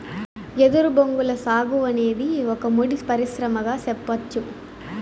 ఎదురు బొంగుల సాగు అనేది ఒక ముడి పరిశ్రమగా సెప్పచ్చు